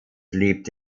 lebt